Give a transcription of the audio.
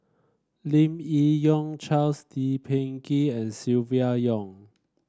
Lim Yi Yong Charles Lee Peh Gee and Silvia Yong